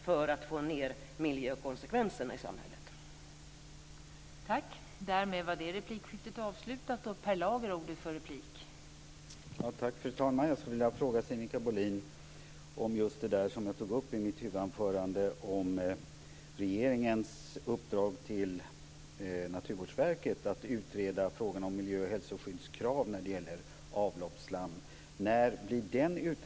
På det viset kanske miljökonsekvenserna i samhället blir mindre.